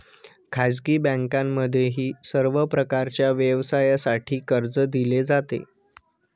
खाजगी बँकांमध्येही सर्व प्रकारच्या व्यवसायासाठी कर्ज दिले जाते